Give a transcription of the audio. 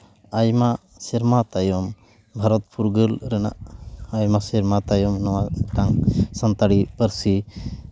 ᱟᱭᱢᱟ ᱥᱮᱨᱢᱟ ᱛᱟᱭᱚᱢ ᱵᱷᱟᱨᱚᱛ ᱯᱷᱩᱨᱜᱟᱹᱞ ᱨᱮᱱᱟᱜ ᱟᱭᱢᱟ ᱥᱮᱨᱢᱟ ᱛᱟᱭᱚᱢ ᱱᱚᱣᱟ ᱢᱤᱫᱴᱟᱝ ᱥᱟᱱᱛᱟᱲᱤ ᱯᱟᱹᱨᱥᱤ